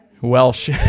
Welsh